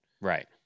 right